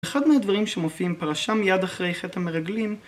אחד מהדברים שמופיעים פרשה מיד אחרי חטא המרגלים